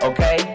Okay